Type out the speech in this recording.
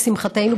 לשמחתנו,